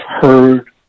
heard